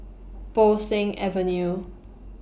Bo Seng Avenue